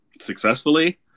successfully